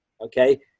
okay